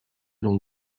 long